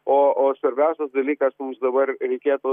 o o svarbiausias dalykas mums dabar reikėtų